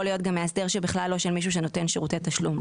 להיות גם מאסדר של מישהו שבכלל לא נותן שירותי תשלום.